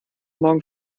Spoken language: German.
morgen